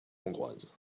hongroise